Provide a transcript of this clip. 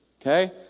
Okay